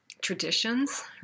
traditions